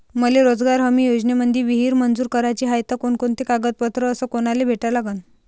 मले रोजगार हमी योजनेमंदी विहीर मंजूर कराची हाये त कोनकोनते कागदपत्र अस कोनाले भेटा लागन?